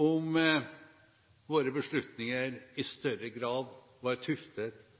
om våre beslutninger i større grad var tuftet